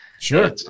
Sure